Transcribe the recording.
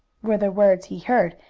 were the words he heard,